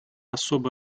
особо